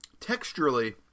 texturally